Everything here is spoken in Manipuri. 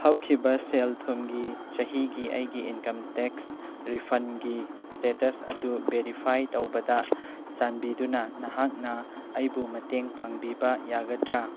ꯍꯧꯈꯤꯕ ꯁꯦꯜ ꯊꯨꯝꯒꯤ ꯆꯍꯤꯒꯤ ꯑꯩꯒꯤ ꯏꯟꯀꯝ ꯇꯦꯛꯁ ꯔꯤꯐꯟꯒꯤ ꯁ꯭ꯇꯦꯇꯁ ꯑꯗꯨ ꯕꯦꯔꯤꯐꯥꯏ ꯇꯧꯕꯗ ꯆꯥꯟꯕꯤꯗꯨꯅ ꯅꯍꯥꯛꯅ ꯑꯩꯕꯨ ꯃꯇꯦꯡ ꯄꯥꯡꯕꯤꯕ ꯌꯥꯒꯗ꯭ꯔꯥ